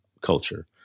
culture